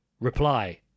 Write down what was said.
Reply